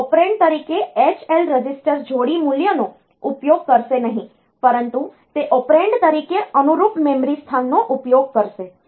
તે ઓપરેન્ડ તરીકે H L register જોડી મૂલ્યનો ઉપયોગ કરશે નહીં પરંતુ તે ઓપરેન્ડ તરીકે અનુરૂપ મેમરી સ્થાનનો ઉપયોગ કરશે